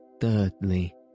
Thirdly